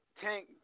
Tank